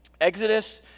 Exodus